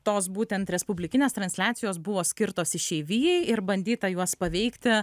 tos būtent respublikinės transliacijos buvo skirtos išeivijai ir bandyta juos paveikti